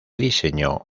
diseñó